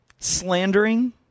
slandering